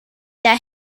their